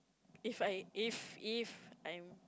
if I if if I'm